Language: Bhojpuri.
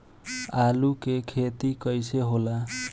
आलू के खेती कैसे होला?